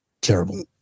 terrible